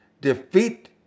Defeat